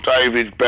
David